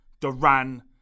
Duran